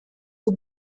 who